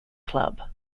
club